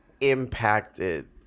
impacted